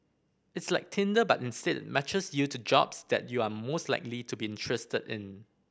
it's like Tinder but instead matches you to jobs that you are most likely to be interested in